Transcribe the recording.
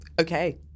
okay